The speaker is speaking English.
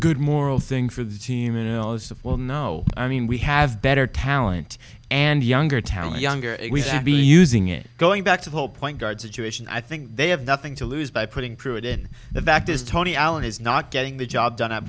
good moral thing for the team milosevic will know i mean we have better talent and younger talent younger we should be using it going back to the whole point guard situation i think they have nothing to lose by putting pruitt in the fact is tony allen is not getting the job done a